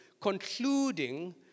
concluding